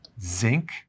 zinc